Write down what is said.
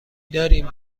دارید